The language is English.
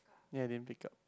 ya didn't pick up